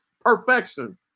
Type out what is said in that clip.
perfection